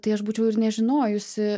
tai aš būčiau ir nežinojusi